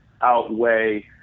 outweigh